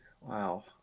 Wow